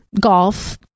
golf